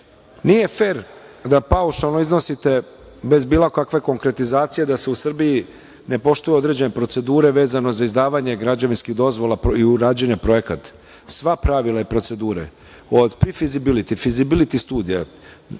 fer da paušalno iznosite, bez bilo kakve konkretizacije, da se u Srbiji ne poštuju određene procedure vezano za izdavanje građevinskih dozvola i u rađenju projekata. Sva pravila i procedure, od prifizibiliti, fizibiliti studija,